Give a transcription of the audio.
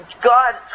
God